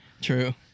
True